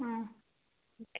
ആ ഓക്കെ